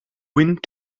wind